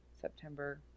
September